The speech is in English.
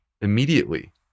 immediately